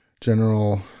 general